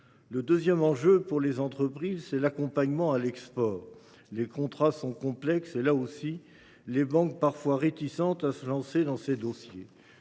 Le deuxième enjeu, c’est l’accompagnement à l’export. Les contrats sont complexes. Là aussi, les banques sont parfois réticentes à se lancer dans ces dossiers.